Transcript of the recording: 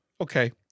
Okay